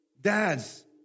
Dads